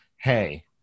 Hey